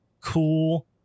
cool